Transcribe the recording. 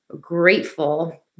grateful